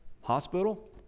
Hospital